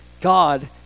God